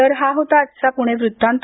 तर हा होता आजचा पुणे वृत्तांत